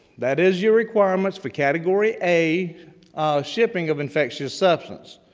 that is your requirements for category a shipping of infectious substance.